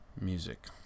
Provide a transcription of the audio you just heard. Music